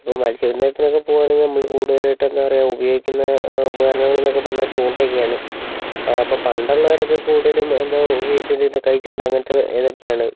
ഇപ്പം മത്സ്യബന്ധനത്തിനൊക്കെ പോവുവാണെങ്കിൽ നമ്മൾ കൂടുതലായിട്ടും എന്താണ് പറയുക ഉപയോഗിക്കുന്ന ഉപകാരണങ്ങളൊന്നൊക്കെ പറഞ്ഞാൽ ചൂണ്ടയൊക്കെയാണ് ആ അപ്പം പണ്ടുള്ളവരൊക്കെ കൂടുതലും എന്താണ് ഉപയോഗിച്ചുകൊണ്ടിരുന്നത് കൈചൂണ്ട അങ്ങനത്തെ ഇതൊക്കെയാണ്